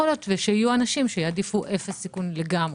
יכול להיות שיהיו אנשים שיעדיפו 0 סיכון לגמרי.